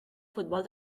futbol